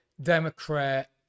Democrat